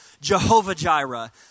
Jehovah-Jireh